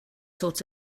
sorts